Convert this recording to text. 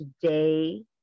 Today